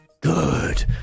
Good